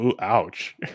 ouch